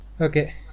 okay